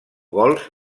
gols